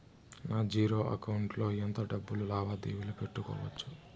నా zero account లో ఎంత డబ్బులు లావాదేవీలు పెట్టుకోవచ్చు?